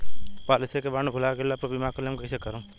Policy के bond भुला गैला पर बीमा क्लेम कईसे करम?